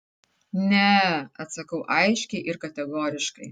ne atsakau aiškiai ir kategoriškai